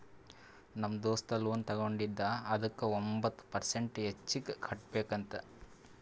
ನಮ್ ದೋಸ್ತ ಲೋನ್ ತಗೊಂಡಿದ ಅದುಕ್ಕ ಒಂಬತ್ ಪರ್ಸೆಂಟ್ ಹೆಚ್ಚಿಗ್ ಕಟ್ಬೇಕ್ ಅಂತ್